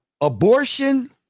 abortion